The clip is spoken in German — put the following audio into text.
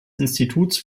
instituts